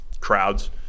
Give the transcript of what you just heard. crowds